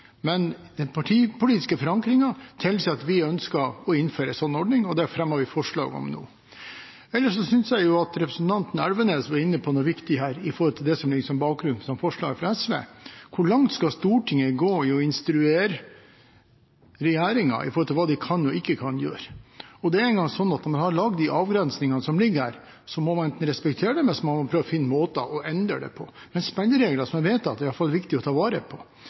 men den partipolitiske forankringen tilsier at vi ønsker å innføre en slik ordning. Det fremmer vi forslag om nå. Ellers synes jeg at representanten Elvenes var inne på noe viktig om det som er bakgrunnen i forslaget fra SV. Hvor langt skal Stortinget gå i å instruere regjeringen om hva de kan og ikke kan gjøre? Det er slik at når man har laget de avgrensningene som ligger her, må man enten respektere dem eller prøve å finne måter å endre dem på. Men spilleregler som er vedtatt, er det viktig å ta vare på.